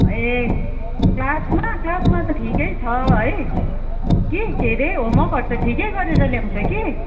ए क्लासमा क्लासमा त ठिकै छ है कि के अरे होमवर्कहरू त ठिकै गरेर ल्याउँछ कि